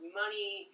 money